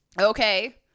Okay